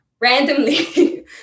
randomly